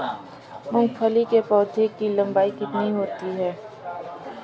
मूंगफली के पौधे की लंबाई कितनी होती है?